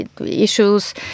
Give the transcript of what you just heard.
issues